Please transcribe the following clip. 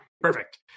Perfect